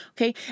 okay